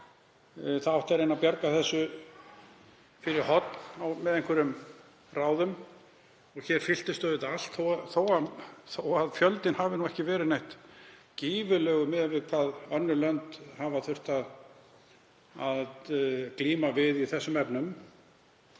Það átti að reyna að bjarga þessu fyrir horn með einhverjum ráðum því að hér fylltist auðvitað allt þó að fjöldinn hafi ekki verið neitt gífurlegur miðað við hvað önnur lönd hafa þurft að glíma við í þessum efnum.